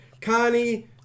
Connie